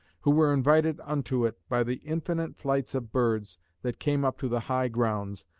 who were invited unto it by the infinite flights of birds that came up to the high grounds,